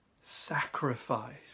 sacrifice